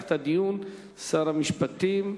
יפתח את הדיון שר המשפטים,